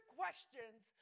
questions